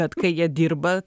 bet kai jie dirba